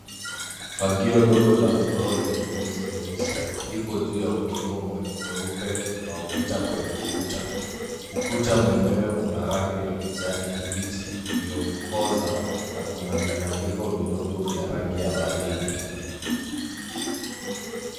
Fagio dogo la ubao lenye nyuzi nyeusi, lipo juu ya ukingo mweupe unaopita kwenye ukuta. Ukuta mwenyewe una rangi ya kijani kibichi iliyokoza na kunavibandikwa vidogo vya rangi ya waridi.